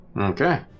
Okay